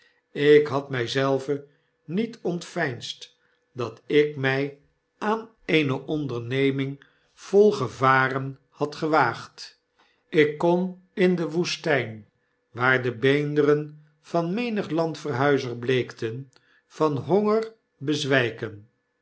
ik had my zelven niet ontveinsd dat ik my aan eene onderneming vol gevaren had gewaagd ik kon in de woestijn waar de beenderen van menig landverhuizer bleekten van honger bezwijken